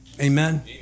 Amen